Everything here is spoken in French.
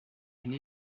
une